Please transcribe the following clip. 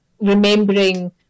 remembering